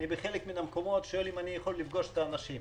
בחלק מהמקומות אני שואל אם אני יכול לראות את האנשים.